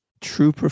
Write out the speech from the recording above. true